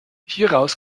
hieraus